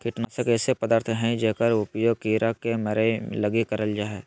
कीटनाशक ऐसे पदार्थ हइंय जेकर उपयोग कीड़ा के मरैय लगी करल जा हइ